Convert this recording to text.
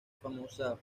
famosa